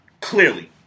Clearly